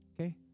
Okay